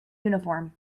uniform